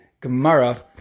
Gemara